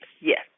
Yes